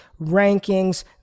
rankings